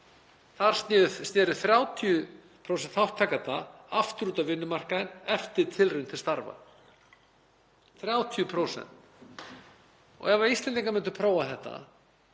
Þar sneru 30% þátttakenda aftur út á vinnumarkaðinn eftir tilraun til starfa, 30%. Ef Íslendingar myndu prófa þetta